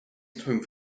home